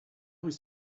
was